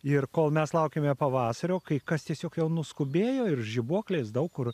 ir kol mes laukiame pavasario kai kas tiesiog vėl nuskubėjo ir žibuoklės daug kur